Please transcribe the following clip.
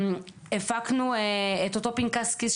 הפקנו את אותו פנקס כיס,